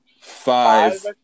five